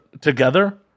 together